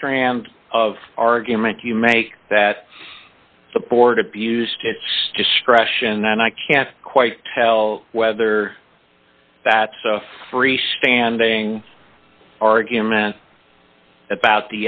strand of argument you make that the board abused its discretion and i can't quite tell whether that freestanding argument about